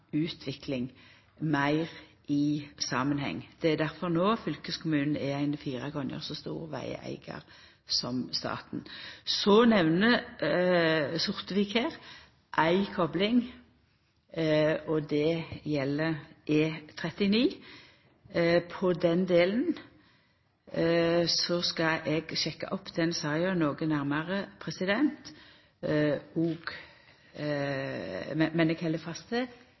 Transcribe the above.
utvikling meir i samanheng. Det er difor fylkeskommunen no er ein fire gonger så stor vegeigar som staten. Så nemner Sortevik ei kopling, og det gjeld E39. Når det gjeld den delen, skal eg sjekka saka noko nærare. Men eg held fast ved at det